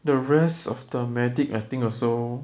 the rest of the medic I think also